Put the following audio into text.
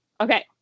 Okay